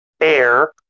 Air